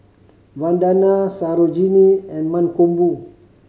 Vandana Sarojini and Mankombu